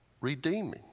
redeeming